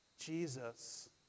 Jesus